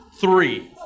three